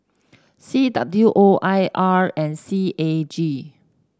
C W O I R and C A G